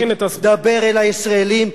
דבר אל הישראלים,